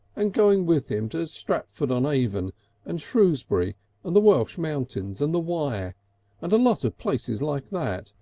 and going with him to stratford-on-avon and shrewsbury and the welsh mountains and the wye and a lot of places like that,